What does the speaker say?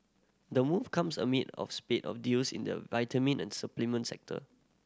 the move comes amid of spate of deals in the vitamin and supplement sector